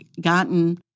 gotten